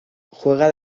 juega